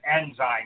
enzyme